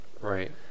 Right